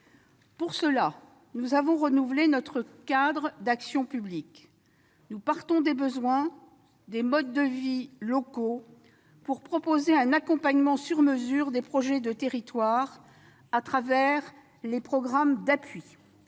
cette fin, nous avons renouvelé notre cadre d'action publique. Nous partons des besoins, des modes de vie locaux, pour proposer un accompagnement sur mesure des projets de territoire à travers les programmes d'appui.